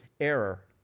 error